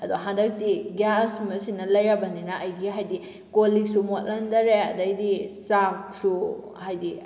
ꯑꯗꯨ ꯍꯟꯗꯛꯇꯤ ꯒ꯭ꯌꯥꯁ ꯃꯁꯤꯅ ꯂꯩꯔꯕꯅꯤꯅ ꯑꯩꯒꯤ ꯍꯥꯏꯗꯤ ꯀꯣꯜ ꯂꯤꯛꯁꯨ ꯃꯣꯠꯍꯟꯗꯔꯦ ꯑꯗꯩꯗꯤ ꯆꯥꯛꯁꯨ ꯍꯥꯏꯗꯤ